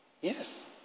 Yes